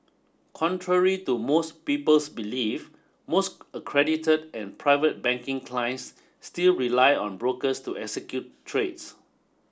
contrary to most people's belief most accredited and private banking clients still rely on brokers to execute trades